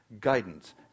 guidance